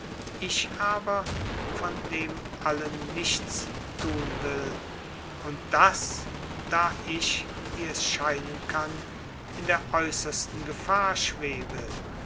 ich aber von dem allen nichts tun will und das da ich wie es scheinen kann in der äußersten gefahr schwebe